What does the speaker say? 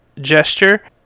gesture